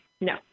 No